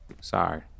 Sorry